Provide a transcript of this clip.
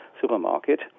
supermarket